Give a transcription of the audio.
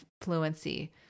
fluency